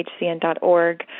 HCN.org